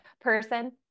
person